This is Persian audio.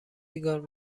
سیگار